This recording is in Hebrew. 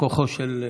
כוחה של שגרה.